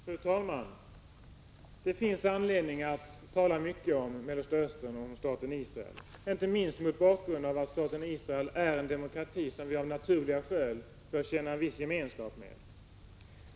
Fru talman! Det finns anledning att tala mycket om Mellersta Östern och staten Israel, inte minst mot bakgrund av att staten Israel är en demokrati som vi av naturliga skäl bör känna en viss gemenskap med.